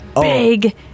Big